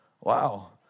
Wow